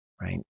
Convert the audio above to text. right